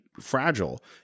fragile